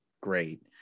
great